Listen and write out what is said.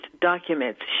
documents